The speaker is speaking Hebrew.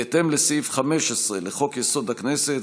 בהתאם לסעיף 15 לחוק-יסוד: הכנסת,